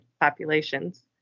populations